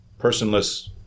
personless